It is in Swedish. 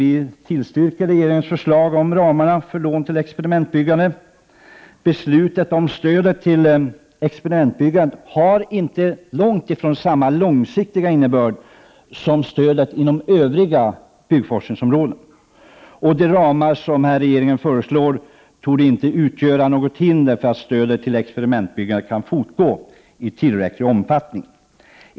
Vi tillstyrker regeringens förslag om ramar för lån till experimentbyggande. Beslutet om stöd till experimentbyggandet har långt ifrån samma långsiktiga innebörd som beslutet om stöd inom övriga byggforskningsområden. De ramar som regeringen föreslår torde inte utgöra något hinder för att stödet till experimentbyggandet skall kunna fortgå i tillräcklig omfattning.